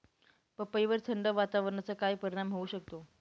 पपईवर थंड वातावरणाचा काय परिणाम होऊ शकतो?